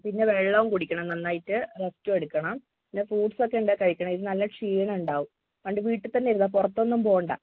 പിന്നെ വെള്ളവും കുടിക്കണം നന്നായിട്ട് റെസ്റ്റും എടുക്കണം പിന്നെ ഫ്രൂട്ട്സ് ഒക്കെ ഉണ്ടെങ്കിൽ കഴിക്കണം ഇത് നല്ല ക്ഷീണം ഉണ്ടാവും അതുകൊണ്ട് വീട്ടിൽ തന്നെ ഇരുന്നോ പുറത്തൊന്നും പോവേണ്ട